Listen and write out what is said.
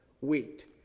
wheat